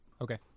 Okay